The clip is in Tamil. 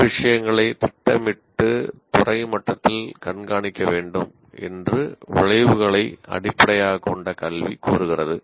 பல விஷயங்களை திட்டமிட்டு துறை மட்டத்தில் கண்காணிக்க வேண்டும் என்று விளைவுகளை அடிப்படையாகக் கொண்ட கல்வி கோருகிறது